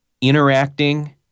interacting